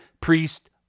priest